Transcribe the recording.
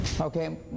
Okay